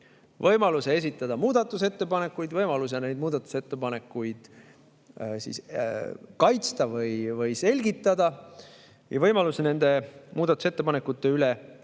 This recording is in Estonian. võimaluse esitada muudatusettepanekuid, võimaluse neid muudatusettepanekuid kaitsta või selgitada ja võimaluse nende muudatusettepanekute üle